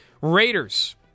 Raiders